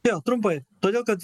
jo trumpai todėl kad